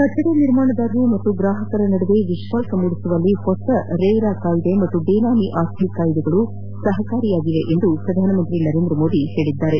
ಕಟ್ಟಡ ನಿರ್ಮಾಣದಾರರು ಮತ್ತು ಗ್ರಾಹಕರ ನಡುವೆ ವಿಶ್ವಾಸ ಮೂಡಿಸುವಲ್ಲಿ ಹೊಸ ರೇರಾ ಕಾಯಿದೆ ಮತ್ತು ಬೆನಾಮಿ ಆಸ್ತಿ ಕಾಯಿದೆಗಳು ಸಹಕಾರಿಯಾಗಿವೆ ಎಂದು ಪ್ರಧಾನಿ ನರೇಂದ್ರ ಮೋದಿ ಹೇಳಿದ್ದಾರೆ